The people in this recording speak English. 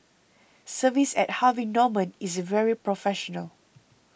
service at Harvey Norman is very professional